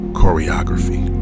choreography